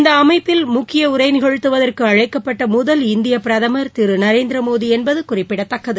இந்த அமைப்பில் முக்கிய உரை நிகழ்த்துவதற்கு அழைக்கப்பட்ட முதல் இந்திய பிரதம் திரு நரேந்திரமோடி என்பது குறிப்பிடத்தக்கது